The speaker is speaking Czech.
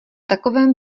takovém